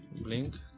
blink